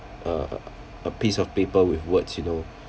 a a a piece of paper with words you know